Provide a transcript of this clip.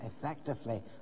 effectively